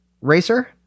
racer